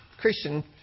Christian